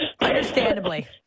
Understandably